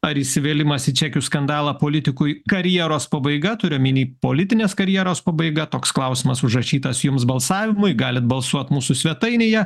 ar įsivėlimas į čekių skandalą politikui karjeros pabaiga turiu omeny politinės karjeros pabaiga toks klausimas užrašytas jums balsavimui galit balsuot mūsų svetainėje